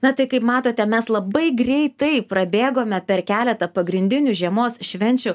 na tai kaip matote mes labai greitai prabėgome per keletą pagrindinių žiemos švenčių